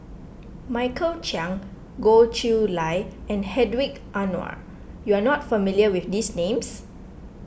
Michael Chiang Goh Chiew Lye and Hedwig Anuar you are not familiar with these names